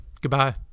Goodbye